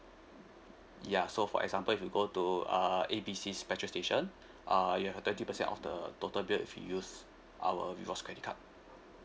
ya so for example if you go to uh A B C petrol station uh you have a twenty percent off the total bill if you use our rewards credit card